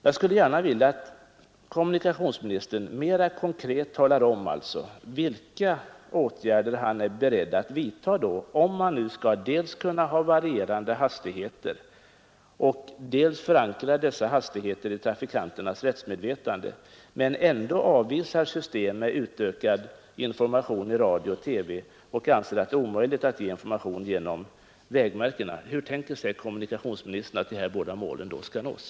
Jag skulle vilja att kommunikationsministern mer konkret talar om vilka åtgärder han är beredd att vidta. Om kommunikationsministern dels skall kunna ha varierande hastigheter, dels vill förankra dessa hastigheter i trafikanternas rättsmedvetande men ändå avvisar ett system med utökad information i radio och TV och anser det omöjligt att ge information genom vägmärken, hur tänker sig kommunikationsministern att dessa båda mål då skall nås?